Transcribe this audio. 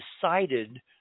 decided